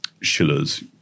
Schiller's